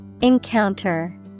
Encounter